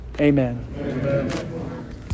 amen